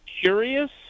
curious